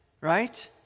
right